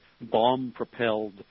bomb-propelled